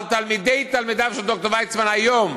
על תלמידי תלמידיו של ד"ר ויצמן היום,